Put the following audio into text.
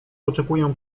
oczekuję